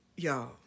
Y'all